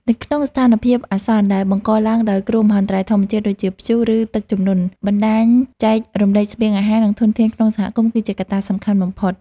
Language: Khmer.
នៅក្នុងស្ថានភាពអាសន្នដែលបង្កឡើងដោយគ្រោះមហន្តរាយធម្មជាតិដូចជា ព្យុះ ឬទឹកជំនន់ បណ្ដាញចែករំលែកស្បៀងអាហារ និងធនធានក្នុងសហគមន៍គឺជាកត្តាសំខាន់បំផុត។